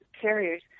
carriers